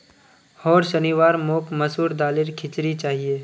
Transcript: होर शनिवार मोक मसूर दालेर खिचड़ी चाहिए